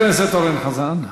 חבר הכנסת אורן חזן.